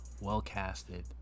well-casted